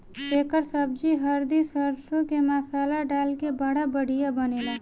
एकर सब्जी हरदी सरसों के मसाला डाल के बड़ा बढ़िया बनेला